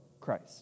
Christ